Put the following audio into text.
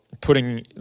putting